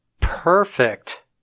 Perfect